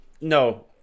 No